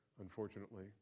unfortunately